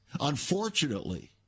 Unfortunately